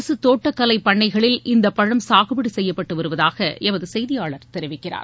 அரசு தோட்டக்கலை பண்ணைகளில் இந்தப் பழம் சாகுபடி செய்யப்பட்டு வருவதாக எமது செய்தியாளர் தெரிவிக்கிறார்